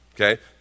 Okay